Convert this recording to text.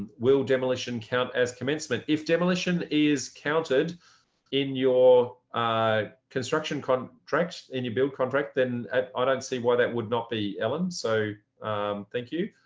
will demolition count as commencement? if demolition is counted in your construction contracts and you build contract then i ah don't see why that would not be, ellen. so thank you,